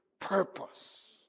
purpose